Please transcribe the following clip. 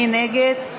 מי נגד?